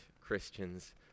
Christians